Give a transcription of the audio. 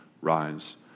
Rise